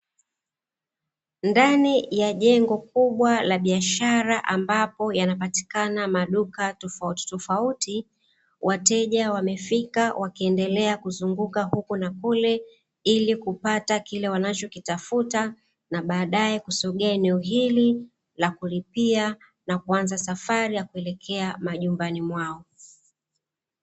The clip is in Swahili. Ndani ya jengo kubwa la biashara ambapo yanapatikana maduka tofautitofauti, wateja wamefika wakiendelea kuzunguka huku na kule, ili kupata kile wanachokitafuta na baadaye kusogea eneo hili la kulipia, na kuanza safari ya kuelekea majumbani mwao.